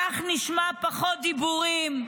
כך נשמע פחות דיבורים,